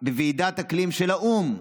בוועידת אקלים של האו"ם,